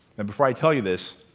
and before i tell you this,